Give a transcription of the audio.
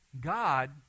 God